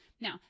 now